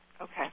Okay